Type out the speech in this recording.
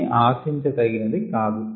అది ఆశించ దగినది కాదు